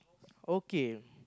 okay